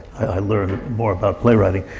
i learn more about playwriting.